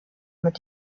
mit